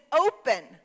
open